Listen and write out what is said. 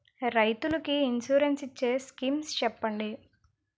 రైతులు కి ఇన్సురెన్స్ ఇచ్చే స్కీమ్స్ చెప్పండి?